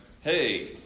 hey